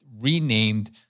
renamed